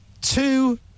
two